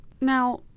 Now